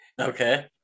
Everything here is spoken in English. Okay